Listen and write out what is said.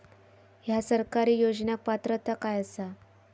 हया सरकारी योजनाक पात्रता काय आसा?